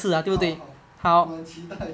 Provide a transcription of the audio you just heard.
好好我很期待